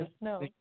no